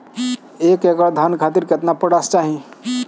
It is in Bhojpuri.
एक एकड़ धान खातिर केतना पोटाश चाही?